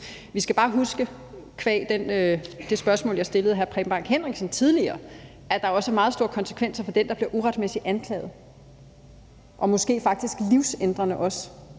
tidligere, at der også er meget store konsekvenser for den, der bliver uretmæssigt anklaget, og måske faktisk også livsændrende